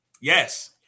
Yes